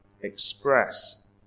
express